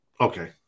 Okay